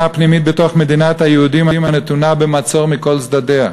פנימית בתוך מדינת היהודים הנתונה במצור מכל צדדיה.